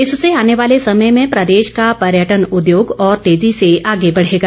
इससे आने वाले समय में प्रदेश का पर्यटन उद्योग और तेजी से आगे बढ़ेगा